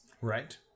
Right